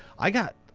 i got,